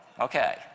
Okay